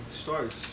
starts